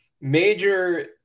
major